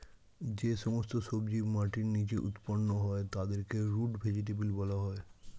যে সমস্ত সবজি মাটির নিচে উৎপন্ন হয় তাদেরকে রুট ভেজিটেবল বলা হয়